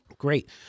Great